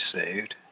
saved